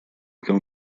come